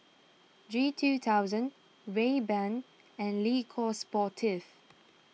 G two thousand Rayban and Le Coq Sportif